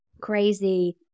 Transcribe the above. crazy